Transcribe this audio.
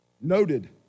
Noted